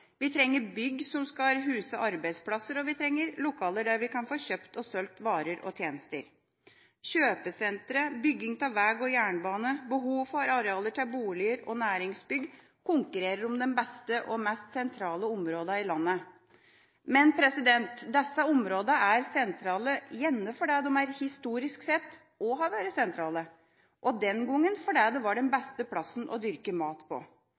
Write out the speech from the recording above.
Vi trenger bygg som skal huse arbeidsplasser, og vi trenger lokaler der vi kan få kjøpt og solgt varer og tjenester. Kjøpesentre, bygging av vei og jernbane, behov for arealer til boliger og næringsbygg konkurrerer om de beste og mest sentrale områdene i landet. Men disse områdene er gjerne sentrale fordi de også historisk sett har vært sentrale – den gangen fordi det var den beste plassen å dyrke mat på.